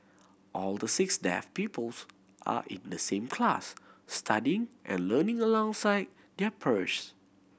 all the six deaf pupils are in the same class studying and learning alongside their